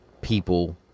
people